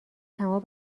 تمام